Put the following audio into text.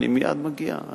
אני מייד מגיע,